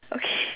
okay